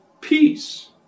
peace